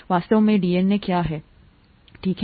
वास्तव में डीएनए क्या है ठीक है